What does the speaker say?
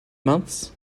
months